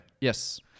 Yes